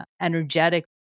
energetic